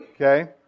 Okay